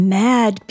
mad